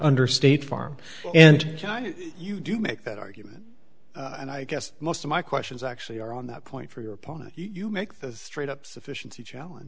under state farm and you do make that argument and i guess most of my questions actually are on that point for your partner you make the straight up sufficiency challenge